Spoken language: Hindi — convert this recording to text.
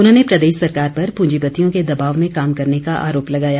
उन्होंने प्रदेश सरकार पर पूंजीपतियों के दबाव में काम करने का आरोप लगाया